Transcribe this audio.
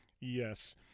Yes